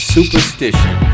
Superstition